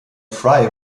frey